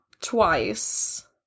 twice